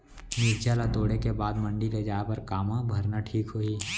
मिरचा ला तोड़े के बाद मंडी ले जाए बर का मा भरना ठीक होही?